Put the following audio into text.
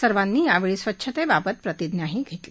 सर्वांनी यावेळी स्वच्छतेबाबत प्रतिज्ञाही घेतली